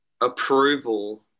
approval